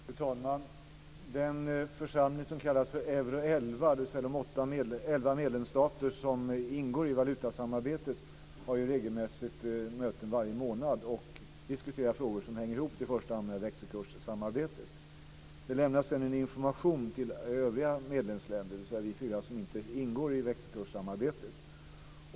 Fru talman! Den församling som kallas för Euro 11, dvs. de elva medlemsstater som ingår i valutasamarbetet har ju möten regelmässigt varje månad och diskuterar frågor som hänger ihop i första hand med växelkurssamarbetet. Det lämnas sedan en information till övriga medlemsländer, dvs. till oss i de fyra medlemsländer som inte ingår i växelkurssamarbetet.